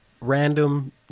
random